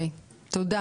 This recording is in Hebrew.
תודה.